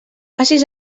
facis